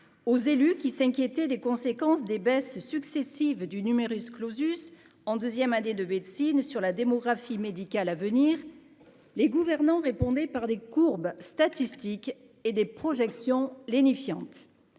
aux élus qui s'inquiétaient des conséquences des baisses successives du numerus clausus en deuxième année de médecine sur la démographie médicale à venir les gouvernants répondez par des courbes statistiques et des projections lénifiante,